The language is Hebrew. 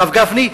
הרב גפני,